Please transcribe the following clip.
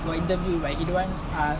for interview but he don't want ah